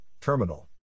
terminal